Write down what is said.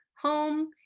home